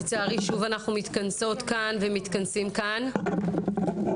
לצערי שוב אנחנו מתכנסות כאן ומתכנסים כאן בעיצומה